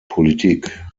politik